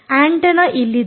antenna ಇಲ್ಲಿದೆ